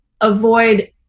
avoid